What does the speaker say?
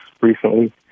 recently